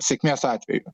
sėkmės atveju